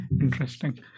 Interesting